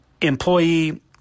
employee